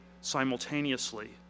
simultaneously